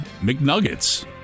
McNuggets